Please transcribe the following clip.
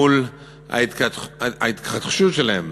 מול ההתכחשות שלהן